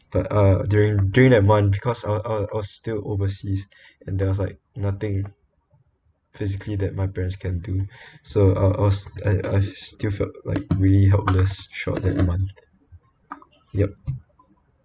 but uh during during that month because I I I was still overseas and there was like nothing physically that my parents can do so uh I was I I still felt like really helpless throughout that month yup